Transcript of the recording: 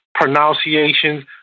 pronunciations